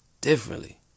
Differently